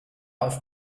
auf